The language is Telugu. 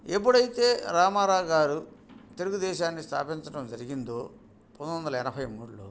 ఎప్పుడు అయితే రామారావు గారు తెలుగుదేశాన్ని స్థాపించడం జరిగిందో పంతొమ్మిది వందల ఎనభై మూడులో